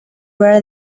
were